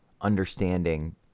understanding